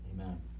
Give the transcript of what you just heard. amen